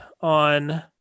on